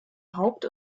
haupt